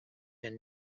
been